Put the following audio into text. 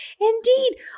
Indeed